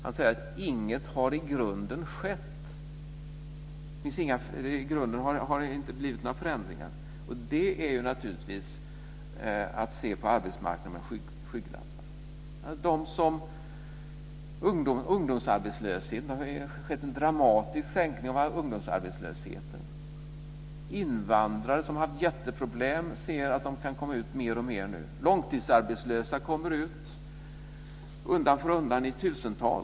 Han säger att i grunden har det inte blivit några förändringar. Det är naturligtvis att se på arbetsmarknaden med skygglappar. Det har ju skett en dramatisk sänkning av ungdomsarbetslösheten. Invandrare som har haft jätteproblem ser att de kan komma ut på arbetsmarknaden mer och mer nu, och långtidsarbetslösa kommer ut på arbetsmarknaden undan för undan i tusental.